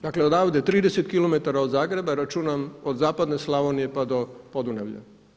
Dakle, odavde 30 km od Zagreba, računam od zapadne Slavonije pa do Podunavlja.